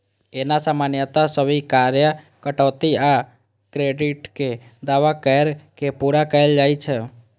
एना सामान्यतः स्वीकार्य कटौती आ क्रेडिटक दावा कैर के पूरा कैल जाइ छै